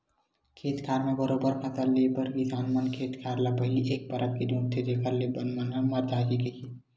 खेत खार म बरोबर फसल ले बर किसान मन खेत खार ल पहिली एक परत के जोंतथे जेखर ले बन मन ह मर जाही कहिके